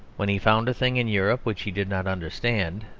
when he found a thing in europe which he did not understand,